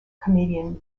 comedian